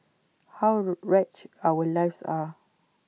how wretched our lives are